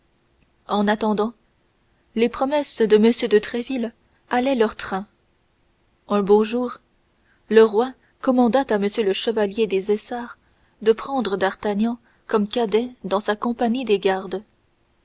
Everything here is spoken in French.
en attendant les promesses de m de tréville allaient leur train un beau jour le roi commanda à m le chevalier des essarts de prendre d'artagnan comme cadet dans sa compagnie des gardes